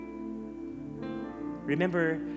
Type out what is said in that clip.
Remember